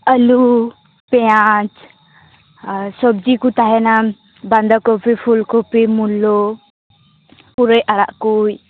ᱟᱹᱞᱩ ᱯᱮᱸᱭᱟᱡᱽ ᱥᱚᱵᱽᱡᱤ ᱠᱚ ᱛᱟᱦᱮᱱᱟ ᱵᱟᱸᱫᱟ ᱠᱚᱯᱤ ᱯᱷᱩᱞ ᱠᱚᱯᱤ ᱢᱩᱞᱟᱹ ᱯᱩᱨᱟᱹᱭ ᱟᱲᱟᱜ ᱠᱚ